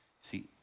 See